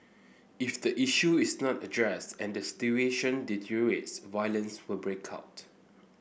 if the issue is not addressed and the situation deteriorates violence will break out